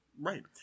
Right